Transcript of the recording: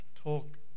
talk